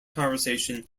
conversation